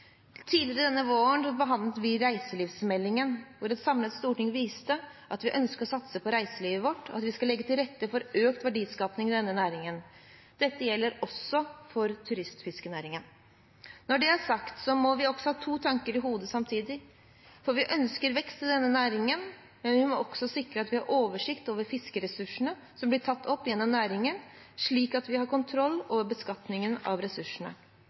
Tidligere denne våren behandlet vi reiselivsmeldingen, hvor et samlet storting viste at vi ønsker å satse på reiselivet vårt, og at vi skal legge til rette for økt verdiskaping i denne næringen. Dette gjelder også for turistfiskenæringen. Når det er sagt, må vi også ha to tanker i hodet samtidig – for vi ønsker vekst i denne næringen, men vi må også sikre at vi har oversikt over fiskeressursene som blir tatt opp gjennom næringen, slik at vi har kontroll over beskatningen av ressursene.